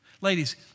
Ladies